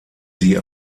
sie